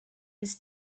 his